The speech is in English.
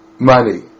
Money